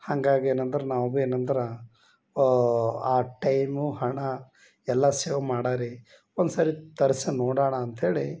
ಹಂಗಾಗಿ ಏನಂದ್ರೆ ನಾವು ಭಿ ಏನಂದ್ರೆ ಆ ಟೈಮು ಹಣ ಎಲ್ಲ ಸೇವ್ ಮಾಡಾರಿ ಒಂದು ಸರಿ ತರ್ಸಿ ನೋಡೋಣ ಅಂತ ಹೇಳಿ